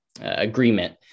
agreement